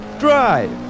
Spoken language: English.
Drive